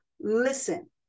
listen